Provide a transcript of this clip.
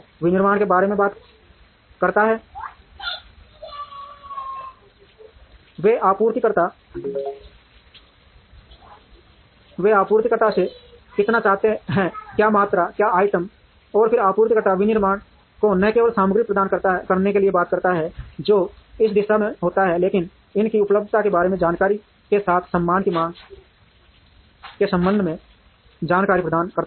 विनिर्माण के बारे में बात करता है वे आपूर्तिकर्ताओं से कितना चाहते हैं क्या मात्रा क्या आइटम और फिर आपूर्तिकर्ता विनिर्माण को न केवल सामग्री प्रदान करने के लिए बात करता है जो इस दिशा में होता है लेकिन इनकी उपलब्धता के बारे में जानकारी के साथ सम्मान की मांग के संबंध में जानकारी प्रदान करता है